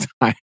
time